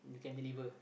you can deliver